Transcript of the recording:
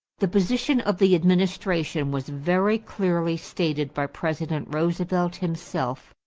the position of the administration was very clearly stated by president roosevelt himself.